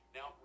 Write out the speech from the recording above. Now